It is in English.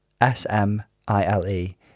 S-M-I-L-E